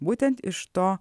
būtent iš to